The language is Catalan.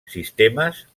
sistemes